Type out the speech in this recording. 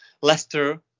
Leicester